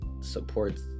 supports